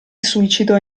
suicidò